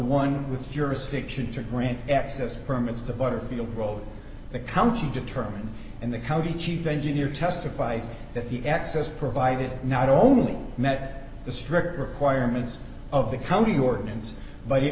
one with jurisdiction to grant access permits to butterfield wrote the county determine and the county chief engineer testified that the access provided not only met the strict requirements of the county ordinance but it